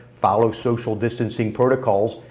follow social distancing protocols,